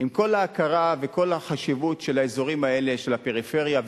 עם כל ההכרה וכל החשיבות של האזורים האלה של הפריפריה,